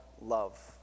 love